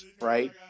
right